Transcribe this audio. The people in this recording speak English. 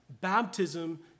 baptism